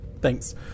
Thanks